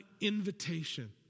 invitation